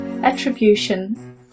attribution